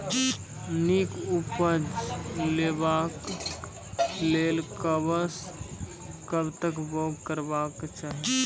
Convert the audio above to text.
नीक उपज लेवाक लेल कबसअ कब तक बौग करबाक चाही?